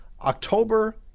October